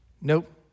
nope